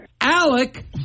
Alec